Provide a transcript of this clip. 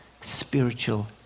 spiritual